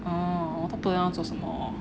orh 我不懂要做什么